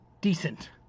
decent